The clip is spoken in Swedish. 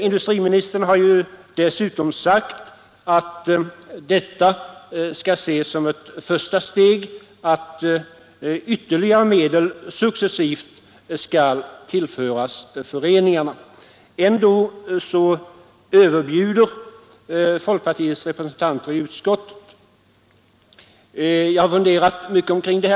Industriministern har ju dessutom sagt att detta skall ses som ett första steg och att ytterligare medel successivt skall tillföras föreningarna. Ändå överbjuder folkpartiets representanter i utskottet. Jag har funderat mycket över detta.